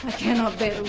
cannot bear